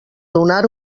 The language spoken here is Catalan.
donar